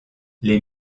les